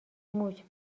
موش